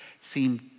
seem